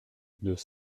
deux